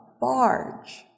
barge